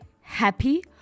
happy